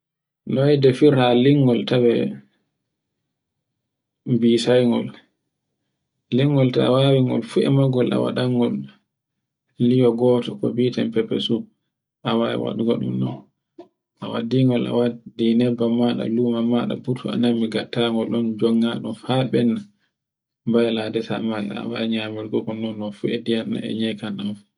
Noy defirta lingol tawe bisaigol. Lingol ta wawi ngol fu a maggul a waɗangol luwo goto ko biten pepesup, a wawi waɗungo. A waddingol a waddi nebban maɗa luman maɗa burto anami gatta gol jonga ɗun fa ɓenda bayla ndesan ma a wawi nyamurgo ɗum e ndiyan ɗen e nyekan ɗan fu.